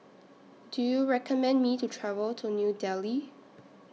Do YOU recommend Me to travel to New Delhi